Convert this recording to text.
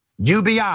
UBI